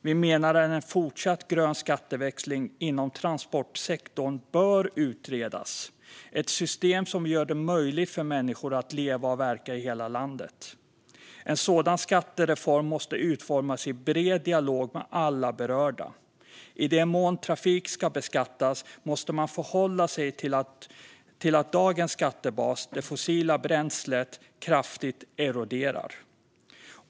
Vi menar även att en fortsatt grön skatteväxling inom transportsektorn bör utredas. Det är ett system som gör det möjligt för människor att leva och verka i hela landet. En sådan skattereform måste utformas i bred dialog med alla berörda. I den mån trafik ska beskattas måste man förhålla sig till att dagens skattebas, det fossila bränslet, kraftigt eroderar.